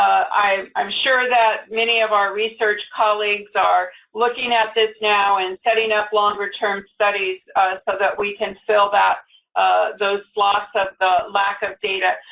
i'm sure that many of our research colleagues are looking at this now and setting up longer term studies so that we can fill those blocks of lack of data.